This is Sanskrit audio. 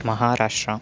महाराष्ट्रम्